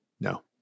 No